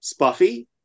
spuffy